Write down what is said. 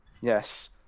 Yes